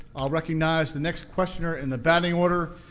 i'll recognize the next questioner in the batting order.